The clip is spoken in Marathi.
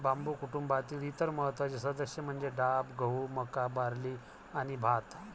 बांबू कुटुंबातील इतर महत्त्वाचे सदस्य म्हणजे डाब, गहू, मका, बार्ली आणि भात